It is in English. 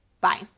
Bye